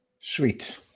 Sweet